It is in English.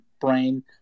brain